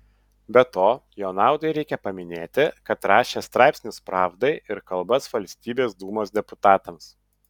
be to jo naudai reikia paminėti kad rašė straipsnius pravdai ir kalbas valstybės dūmos deputatams